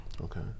Okay